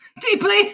Deeply